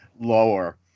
lower